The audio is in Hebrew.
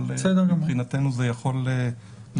אבל מבחינתנו זה יכול לסייע.